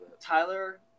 Tyler